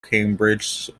cambridge